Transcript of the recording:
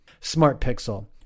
SmartPixel